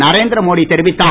நரேந்திர மோடி தெரிவித்தார்